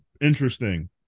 interesting